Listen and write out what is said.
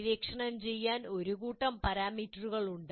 പര്യവേക്ഷണം ചെയ്യാൻ ഒരു കൂട്ടം പാരാമീറ്ററുകൾ ഉണ്ട്